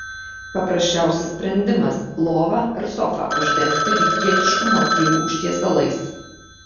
paprasčiausias sprendimas lovą ar sofą uždengti rytietiškų motyvų užtiesalais